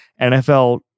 NFL